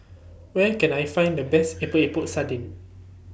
Where Can I Find The Best Epok Epok Sardin